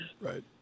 Right